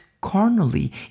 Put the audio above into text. carnally